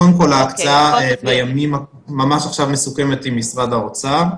קודם כל ההקצאה ממש עכשיו מסוכמת עם משרד האוצר,